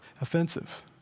offensive